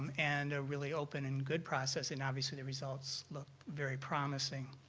and a really open and good process and obviously the results look very promising.